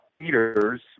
leaders